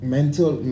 Mental